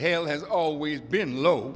hail has always been low